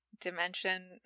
dimension